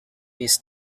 his